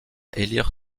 élire